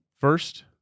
first